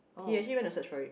he actually went to search for it